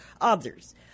others